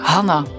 Hanna